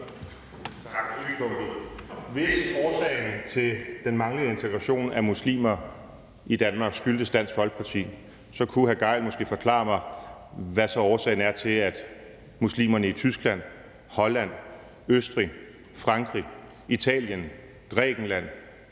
Hvis årsagen til den manglende integration af muslimer i Danmark skyldtes Dansk Folkeparti, kunne hr. Torsten Gejl måske forklare mig, hvad årsagen så er til, at integrationen af muslimer i Tyskland, Holland, Østrig, Frankrig, Italien, Grækenland